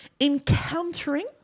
encountering